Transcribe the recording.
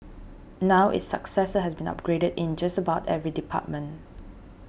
now its successor has been upgraded in just about every department